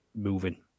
moving